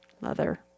leather